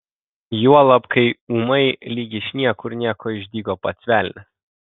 juolab kai ūmai lyg iš niekur nieko išdygo pats velnias